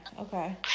Okay